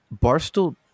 Barstool